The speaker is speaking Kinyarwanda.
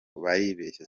baribeshya